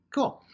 Cool